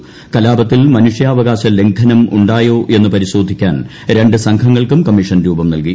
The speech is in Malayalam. സംഘർഷത്തിൽ മനുഷ്യാവകാശ ലംഘനം ഉണ്ടായോ എന്ന് പരിശോധിക്കാൻ രണ്ട് സംഘങ്ങൾക്കും കമ്മീഷൻ രൂപം നൽകി